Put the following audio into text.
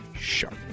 sharp